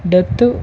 depth